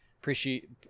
Appreciate